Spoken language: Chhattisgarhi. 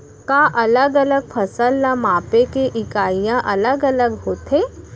का अलग अलग फसल ला मापे के इकाइयां अलग अलग होथे?